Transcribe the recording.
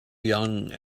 young